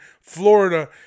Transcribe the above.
Florida